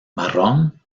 marrón